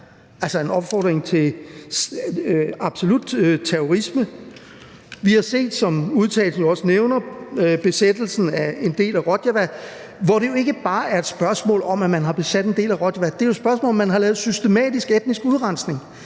en opfordring til terrorisme. Vi har, som det også bliver nævnt i forslaget til vedtagelse, set besættelsen af en del af Rojava, hvor det jo ikke bare er et spørgsmål om, at man har besat en del af Rojava; det er jo også et spørgsmål om, at man har lavet systematisk etnisk udrensning.